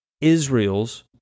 Israel's